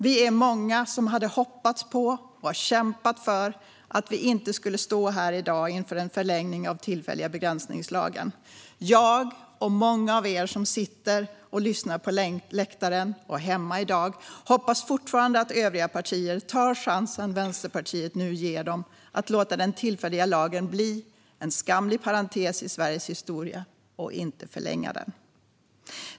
Vi är många som hade hoppats på och har kämpat för att vi inte skulle stå här i dag inför en förlängning av den tillfälliga begränsningslagen. Jag - och många av er som sitter och lyssnar på läktaren och hemma i dag - hoppas fortfarande att övriga partier tar chansen Vänsterpartiet nu ger dem att låta den tillfälliga lagen bli en skamlig parentes i Sveriges historia och inte förlänga den.